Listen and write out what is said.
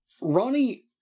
Ronnie